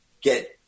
get